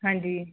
ਹਾਂਜੀ